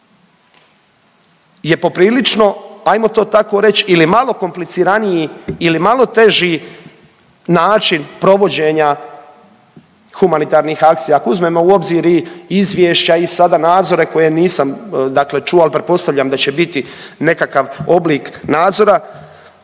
je poprilično ajmo to tako reći ili malo kompliciraniji ili malo teži način provođenja humanitarnih akcija ako uzmemo u obzir i izvješća i sada nadzore koje nisam dakle čuo, ali pretpostavljam da će biti nekakav oblik nadzora.